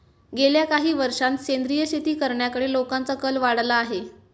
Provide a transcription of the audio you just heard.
गेल्या काही वर्षांत सेंद्रिय शेती करण्याकडे लोकांचा कल वाढला आहे